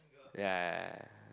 ya